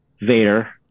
Vader